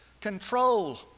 control